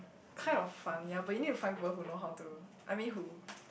kind of fun yea but you need to find people who know how to I mean who